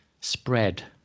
spread